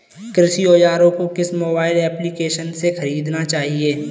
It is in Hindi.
कृषि औज़ार को किस मोबाइल एप्पलीकेशन से ख़रीदना चाहिए?